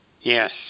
Yes